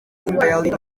empire